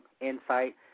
insight